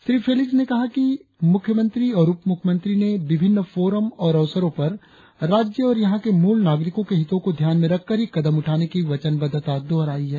Shri Felix ने कहा कि मुख्यमंत्री और उप मुख्यमंत्री ने विभिन्न फोरम और अवसरों पर राज्य और यहा के मूल नागरिकों के हितों को ध्यान में रखकर ही कदम उठाने की वचनवद्वता दोहराई है